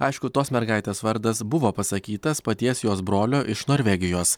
aišku tos mergaitės vardas buvo pasakytas paties jos brolio iš norvegijos